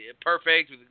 perfect